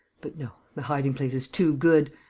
but no, the hiding-place is too good.